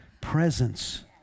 presence